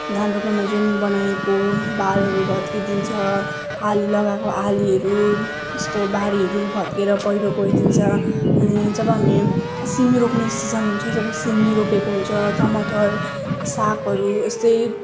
धान रोप्नलाई जुन बनाएको बारहरू भत्किदिन्छ आली लगाएको आलीहरू यस्तो बारीहरू भत्केर पैह्रो गइदिन्छ अनि जब हामी सिमी रोप्ने सिजन हुन्छ सिमी रोपेको हुन्छ टमाटर सागहरू एस्तै